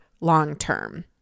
long-term